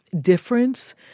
difference